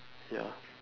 ya